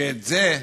ואת זה,